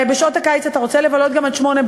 בשעות הקיץ אתה רוצה לבלות גם עד 20:00,